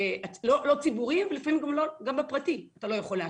לא ציבוריים ואפילו גם בפרטי אתה לא יכול להשיג.